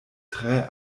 tre